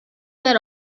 were